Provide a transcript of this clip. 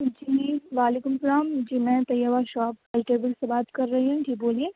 جی وعلیکم السّلام جی میں طیبہ شاپ ویجٹیبل سے بات کر رہی ہوں جی بولیے